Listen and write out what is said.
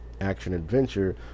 action-adventure